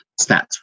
stats